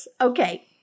Okay